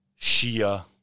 Shia